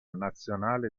nazionale